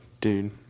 Dude